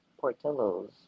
Portillo's